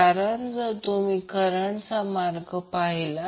आपण 1ω0 CR पाहिले आहे